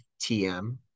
TM